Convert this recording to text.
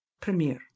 Premier